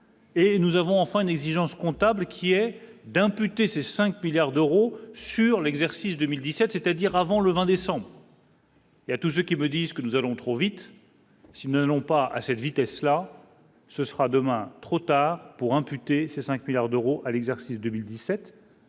Et nous avons enfin une exigence comptable qui est d'imputer ces 5 milliards d'euros sur l'exercice 2017, c'est-à-dire avant le 20 décembre. Il y a tous ceux qui me disent que nous allons trop vite s'ils ne l'ont pas à cette vitesse-là, ce sera demain, trop tard pour imputer ces 5 milliards d'euros à l'exercice 2017.